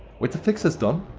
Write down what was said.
with the fixes done,